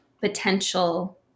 potential